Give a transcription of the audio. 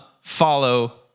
follow